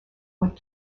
wood